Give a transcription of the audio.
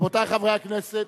רבותי חברי הכנסת,